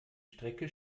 strecke